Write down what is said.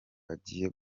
agiye